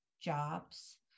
jobs